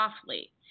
softly